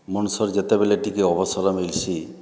ମଣିଷର ଯେତେବେଲେ ଟିକେ ଅବସର ମିଲଛି